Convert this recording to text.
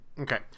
Okay